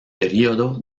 período